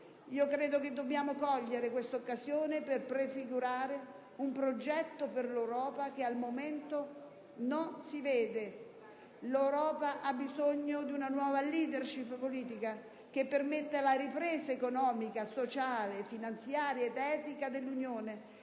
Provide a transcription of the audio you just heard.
credo che dobbiamo cogliere questa occasione per prefigurare un progetto per l'Europa che al momento non si vede. L'Europa ha bisogno una nuova *leadership* politica che permetta la ripresa economica, sociale, finanziaria ed etica dell'Unione,